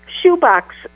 shoebox